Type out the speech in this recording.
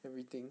everything